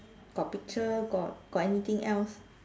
got picture got got anything else